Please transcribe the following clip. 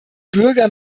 bürger